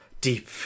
deep